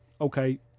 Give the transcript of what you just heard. okay